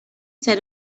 said